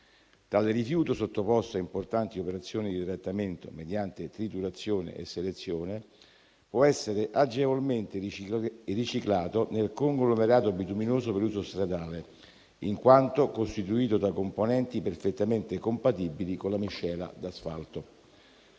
Tale rifiuto, sottoposto a importanti operazioni di trattamento mediante triturazione e selezione, può essere agevolmente riciclato nel conglomerato bituminoso per uso stradale, in quanto costituito da componenti perfettamente compatibili con la miscela d'asfalto.